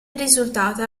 risultata